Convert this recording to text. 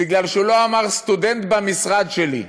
בגלל שהוא לא אמר: סטודנט במשרד שלי.